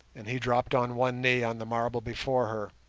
and he dropped on one knee on the marble before her,